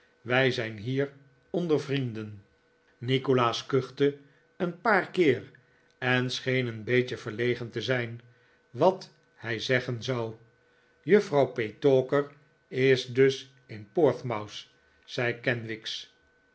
wij zijn hier onder vrienden nikolaas kuchte een paar keer en scheen een beetje verlegen te zijn wat hij zeggen zou juffrouw petowker is dus in portsmouth zei kenwigs